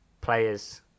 players